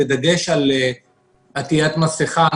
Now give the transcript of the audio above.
בדגש על עטיית מסכה.